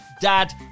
Dad